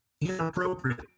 inappropriate